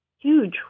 Huge